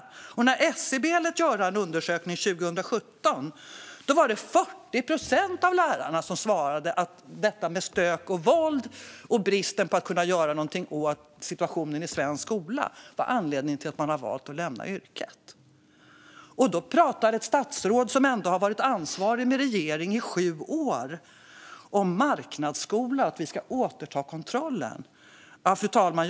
När SCB 2017 lät göra en undersökning var det 40 procent av lärarna som svarade att stök och våld och bristen på åtgärder mot detta i svensk skola var anledningen till att de valt att lämna yrket. Då pratar ett statsråd från den regering som varit ansvarig för detta i sju år om marknadsskola och att vi ska återta kontrollen. Fru talman!